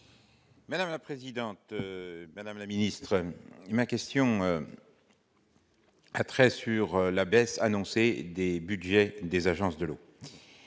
Longeau. La présidente, madame la ministre ma question après sur la baisse annoncée dès budget des agences de l'eau